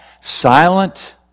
silent